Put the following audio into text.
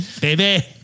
baby